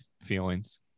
feelings